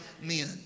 men